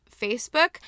Facebook